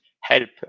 help